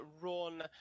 run